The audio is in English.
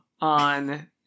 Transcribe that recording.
On